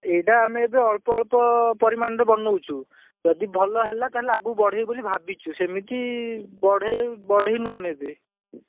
ଏଇଟା ଆମେ ଏବେ ଅଳ୍ପ ଅଳ୍ପ ପରିମାଣରେ ବନଉଛୁ ଯଦି ଭଲ ହେଲା ତାହାଲେ ଆଗକୁ ବଢ଼େଇବୁ ବୋଲି ଭାବିଛୁ ସେମିତି ବଢେ଼ଇ ବଢ଼େଇନୁ ଆମେ ଏବେ